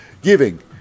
giving